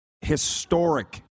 historic